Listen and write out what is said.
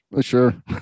sure